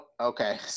okay